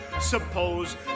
Suppose